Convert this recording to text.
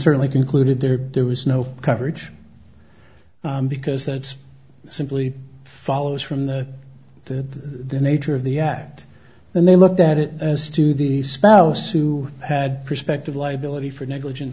certainly concluded there there was no coverage because that's simply follows from the that the nature of the act and they looked at it as to the spouse who had prospective liability for negligen